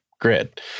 grid